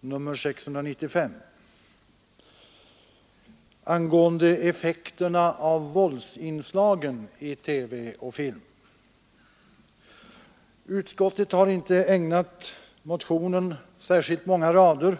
nr 695, angående effekterna av våldsinslagen i TV och på film. Utskottet har inte ägnat motionen särskilt många rader.